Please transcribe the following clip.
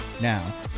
Now